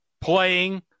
Playing